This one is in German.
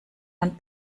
man